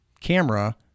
camera